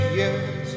yes